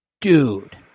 Dude